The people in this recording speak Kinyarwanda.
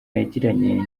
yagiranye